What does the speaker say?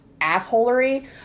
assholery